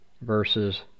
verses